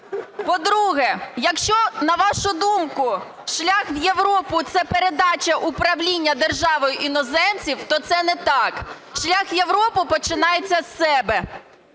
По-друге, якщо, на вашу думку, шлях в Європу – це передача управління державою іноземцям, то це не так. Шлях в Європу починається з себе.